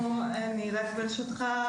ברשותך,